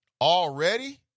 Already